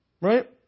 Right